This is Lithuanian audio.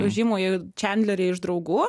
žymųjį čendlerį iš draugų